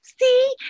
See